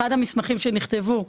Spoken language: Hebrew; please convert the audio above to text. אחד המסמכים שנכתבו,